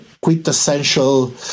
quintessential